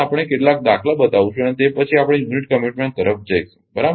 આપણે કેટલાક દાખલા બતાવીશું અને તે પછી આપણે યુનિટ કમીટમેન્ટ તરફ જઈશું બરાબર